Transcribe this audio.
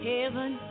Heaven